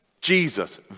Jesus